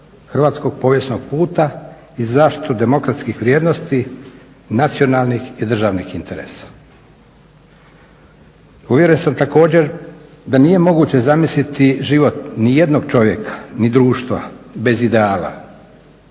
hrvatskog povijesnog puta i zaštitu demokratskih vrijednosti nacionalnih i državnih interesa. Uvjeren sam također da nije moguće zamisliti život nijednog čovjeka ni društva bez ideala